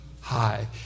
high